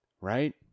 right